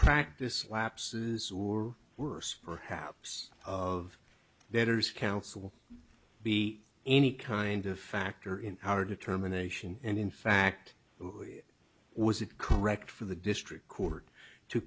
practice lapses or worse perhaps of that his counsel be any kind of factor in our determination and in fact who was it correct for the district court to